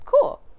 Cool